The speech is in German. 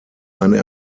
eine